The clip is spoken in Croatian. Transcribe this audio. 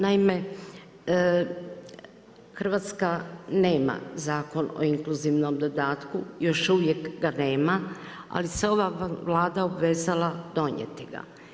Naime, Hrvatska nema zakon o inkluzivnom dodatku, još uvijek ga nema ali se ova Vlada obvezala donijeti ga.